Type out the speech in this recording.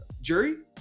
Jury